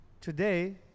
today